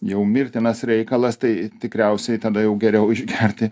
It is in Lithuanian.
jau mirtinas reikalas tai tikriausiai tada jau geriau išgerti